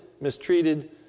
mistreated